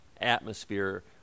atmosphere